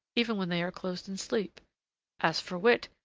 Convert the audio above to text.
even when they are closed in sleep as for wit,